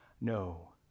no